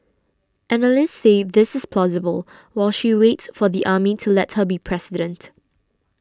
analysts say this is plausible while she waits for the army to let her be president